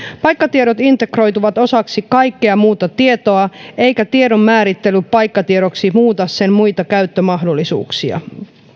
paikkatiedot integroituvat osaksi kaikkea muuta tietoa eikä tiedon määrittely paikkatiedoksi muuta sen muita käyttömahdollisuuksia